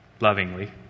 lovingly